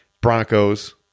Broncos